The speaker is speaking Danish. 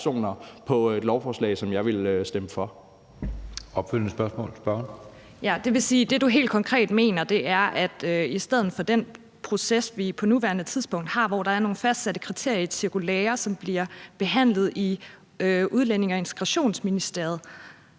Det vil sige, at det, du helt konkret mener, er, at i stedet for den proces, vi på nuværende tidspunkt har, hvor der er nogle fastsatte kriterier i et cirkulære, som bliver behandlet i Udlændinge- og Integrationsministeriet,